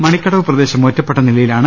മണിക്കടവ് പ്രദേശം ഒറ്റപ്പെട്ട നിലയിലാണ്